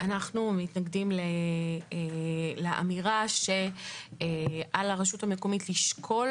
אנחנו מתנגדים לאמירה שעל הרשות המקומית לשקול